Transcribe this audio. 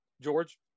george